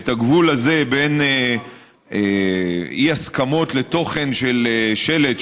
ואת הגבול הזה בין אי-הסכמות לתוכן של שלט,